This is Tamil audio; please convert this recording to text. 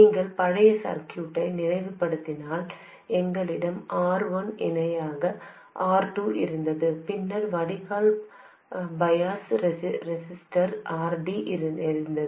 நீங்கள் பழைய சர்க்யூட்டை நினைவுபடுத்தினால் எங்களிடம் R1 இணையான R2 இருந்தது பின்னர் வடிகால் பயாஸ் ரெசிஸ்டர் RD இருந்தது